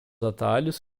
atalhos